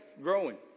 growing